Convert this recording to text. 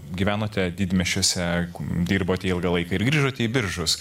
gyvenote didmiesčiuose dirbote ilgą laiką ir grįžote į biržus